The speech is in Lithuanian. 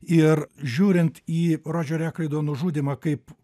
ir žiūrint į rodžerio ekroido nužudymą kaip